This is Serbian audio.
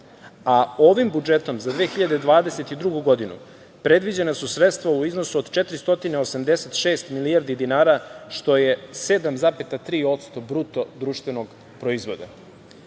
a ovim budžetom za 2022. godinu predviđena su sredstva u iznosu 486 milijardi dinara, što je 7,3% BDP.Samo neki od